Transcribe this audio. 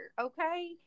Okay